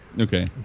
Okay